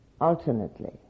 alternately